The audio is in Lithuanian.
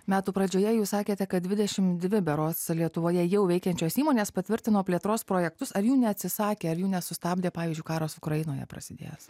metų pradžioje jūs sakėte kad dvidešim dvi berods lietuvoje jau veikiančios įmonės patvirtino plėtros projektus ar jų neatsisakė ar jų nesustabdė pavyzdžiui karas ukrainoje prasidėjęs